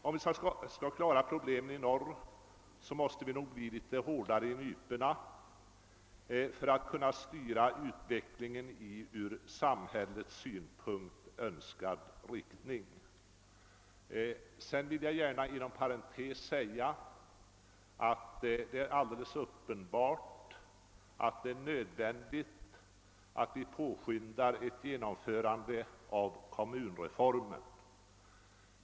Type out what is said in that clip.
Om vi skall klara problemen i norr måste vi nog bli litet hårdare i nyporna för att kunna styra utvecklingen i ur samhällets synpunkt önskad riktning. Inom parentes vill jag också säga att det uppenbarligen är helt nödvändigt att vi påskyndar ett ge nomförande av kommunreformen.